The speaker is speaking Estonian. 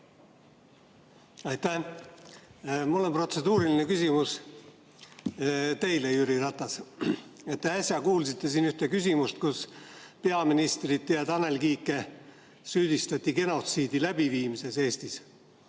palun! Mul on protseduuriline küsimus teile, Jüri Ratas. Te äsja kuulsite siin ühte küsimust, kus peaministrit ja Tanel Kiike süüdistati genotsiidi läbiviimises Eestis.